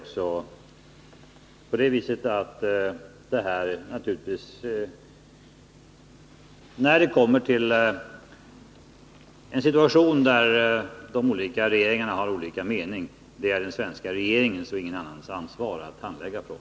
Kommer man i en situation där regeringarna har olika meningar, är det naturligtvis den svenska regeringens och ingen annans ansvar att handlägga frågan.